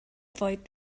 avoid